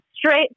straight